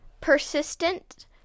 persistent